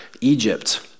Egypt